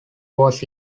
was